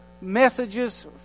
messages